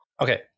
Okay